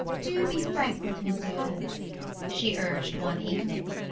do be frank with me, dear she urged one evening.